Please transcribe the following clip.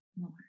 more